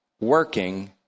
working